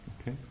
Okay